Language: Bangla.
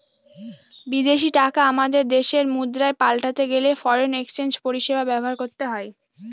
বিদেশী টাকা আমাদের দেশের মুদ্রায় পাল্টাতে গেলে ফরেন এক্সচেঞ্জ পরিষেবা ব্যবহার করতে হয়